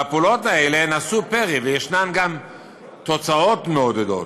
והפעולות האלה נשאו פרי ויש גם תוצאות מעודדות.